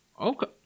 okay